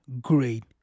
great